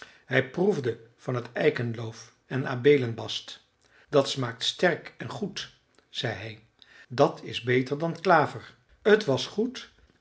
hij proefde van het eikenloof en de abeelenbast dat smaakt sterk en goed zei hij dat is beter dan klaver t was goed